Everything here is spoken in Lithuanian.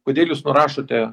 kodėl jūs nurašote